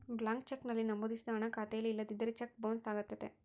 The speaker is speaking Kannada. ಬ್ಲಾಂಕ್ ಚೆಕ್ ನಲ್ಲಿ ನಮೋದಿಸಿದ ಹಣ ಖಾತೆಯಲ್ಲಿ ಇಲ್ಲದಿದ್ದರೆ ಚೆಕ್ ಬೊನ್ಸ್ ಅಗತ್ಯತೆ